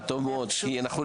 אני נמצאת